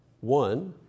one